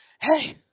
hey